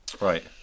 Right